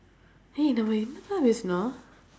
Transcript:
eh நம்ம என்னதான் பேசுனோம்:namma ennathaan peesunoom